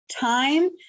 time